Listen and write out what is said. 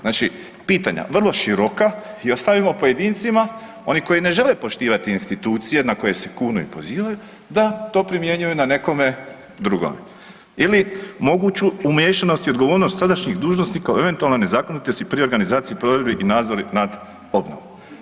Znači pitanja vrlo široka i ostavimo pojedincima oni koji ne žele poštivati institucije na koje se kune i pozivaju da to primjenjuju na nekome drugome ili moguću umiješanost i odgovornost tadašnjih dužnosnika o eventualnoj nezakonitosti pri organizaciji i provedbi i nadzoru nad obnovom.